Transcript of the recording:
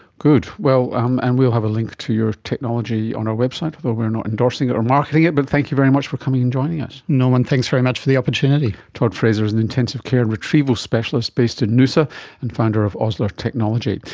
good. um and we will have a link to your technology on our website, although we're not endorsing it or marketing it, but thank you very much for coming and joining us. norman, thanks very much for the opportunity. todd fraser is an intensive care and retrieval specialist based in noosa and founder of osler technology.